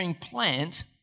plant